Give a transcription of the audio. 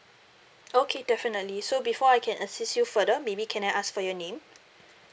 okay definitely so before I can assist you further maybe can I ask for your name